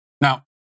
Now